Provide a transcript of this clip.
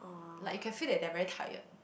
like you can feel that they are very tired